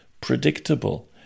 predictable